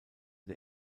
der